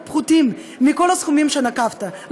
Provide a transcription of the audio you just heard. ומדובר בסכומים פחותים בהרבה מכל הסכומים שנקבת,